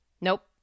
Nope